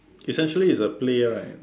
essentially it's a play right